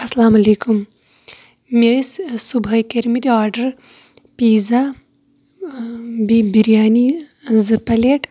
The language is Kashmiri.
السلام علیکم مےٚ ٲسۍ صُبحٕے کٔرمٕتۍ آرڈَر پیٖزا بیٚیہِ بِریانی زٕ پَلیٹ